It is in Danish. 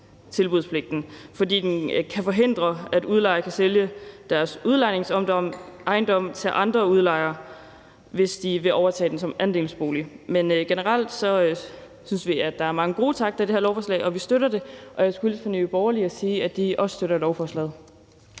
tilbudspligten, fordi den kan forhindre, at udlejere kan sælge deres udlejningsejendomme til andre udlejere, hvis de vil overtage ejendommen som andelsbolig. Men generelt synes vi, at der er mange gode takter i det her lovforslag, og vi støtter det. Og jeg skulle hilse fra Nye Borgerlige og sige, at de også støtter lovforslaget.